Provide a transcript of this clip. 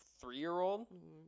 three-year-old